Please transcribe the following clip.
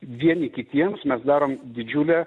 vieni kitiems mes darom didžiulę